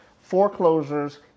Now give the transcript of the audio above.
foreclosures